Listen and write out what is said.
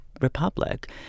republic